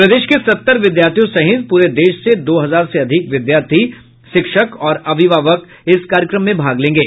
प्रदेश के सत्तर विधार्थियों सहित पूरे देश से दो हजार से अधिक विद्यार्थी शिक्षक और अभिभावक इस कार्यक्रम में भाग लेंगे